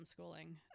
homeschooling